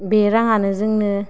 बे राङानो जोंनो